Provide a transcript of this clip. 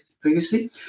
previously